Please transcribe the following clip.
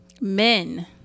Men